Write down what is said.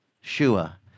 Shua